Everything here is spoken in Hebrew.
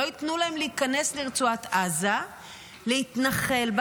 ואם לא ייתנו להם להיכנס לרצועת עזה להתנחל בה,